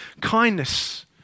kindness